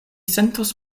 sentos